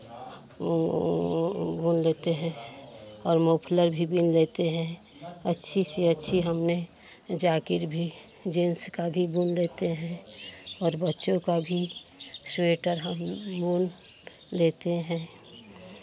बुन लेते हैं और मफलर भी बिन लेते हैं अच्छी से अच्छी हमने जैकेट भी जीन्स का भी बुन लेते हैं और बच्चों का भी स्वेटर हम बुन देते हैं